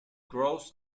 grows